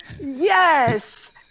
Yes